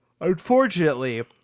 unfortunately